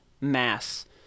mass